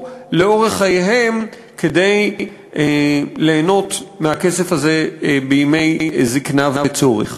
לאורך חייהם כדי ליהנות מהכסף הזה בימי זיקנה וצורך.